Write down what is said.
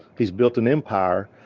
he's built an empire,